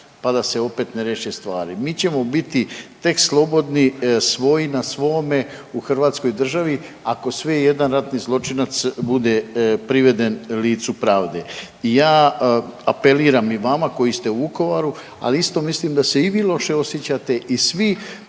pa da se opet ne riješe stvari. Mi ćemo biti tek slobodni svoj na svome u Hrvatskoj državi ako sve i jedan ratni zločinac bude priveden licu pravde. I ja apeliram i vama koji ste u Vukovaru, ali isto mislim da se i vi loše osjećate i svi